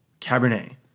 Cabernet